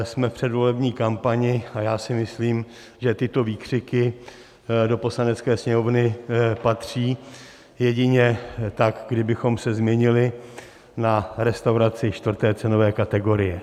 Jsme v předvolební kampani a já si myslím, že tyto výkřiky do Poslanecké sněmovny patří jedině tak, kdybychom se změnili na restauraci čtvrté cenové kategorie.